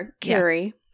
Carrie